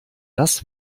das